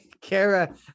Kara